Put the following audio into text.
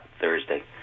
Thursday